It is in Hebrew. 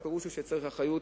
הפירוש הוא שצריך אחריות,